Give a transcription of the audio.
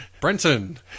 Brenton